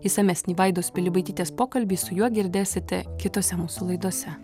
išsamesnį vaidos pilibaitytės pokalbį su juo girdėsite kitose mūsų laidose